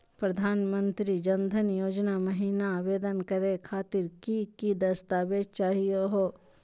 प्रधानमंत्री जन धन योजना महिना आवेदन करे खातीर कि कि दस्तावेज चाहीयो हो?